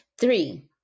Three